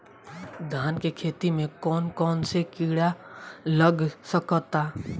धान के खेती में कौन कौन से किड़ा लग सकता?